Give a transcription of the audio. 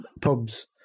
pubs